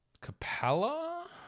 Capella